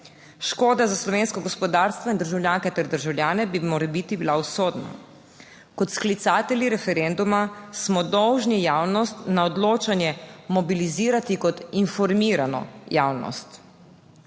Škoda za slovensko gospodarstvo in državljanke ter državljane bi morebiti bila usodna. Kot sklicatelji referenduma smo dolžni javnost na odločanje mobilizirati kot informirano javnost.